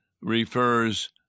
refers